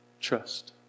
Trust